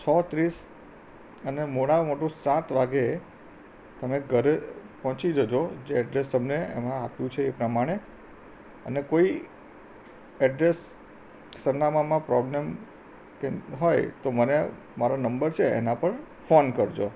છ ત્રીસ અને મોડામાં મોડું સાત વાગ્યે તમે ઘરે પહોંચી જજો જે એડ્રેસ તમને એમાં આપ્યું છે એ પ્રમાણે અને કોઈ એડ્રેસ સરનામામાં પ્રોબ્લેમ કે હોય તો મને મારો નંબર છે એના પર ફોન કરજો